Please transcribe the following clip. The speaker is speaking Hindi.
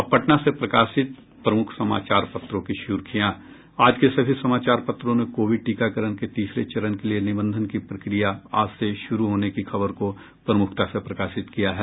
अब पटना से प्रकाशित प्रमुख समाचार पत्रों की सुर्खियां आज के सभी समाचार पत्रों ने कोविड टीकाकरण के तीसरे चरण के लिये निबंधन की प्रक्रिया आज से शुरू होने की खबर को प्रमुखता से प्रकाशित किया है